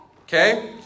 Okay